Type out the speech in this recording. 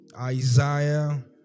Isaiah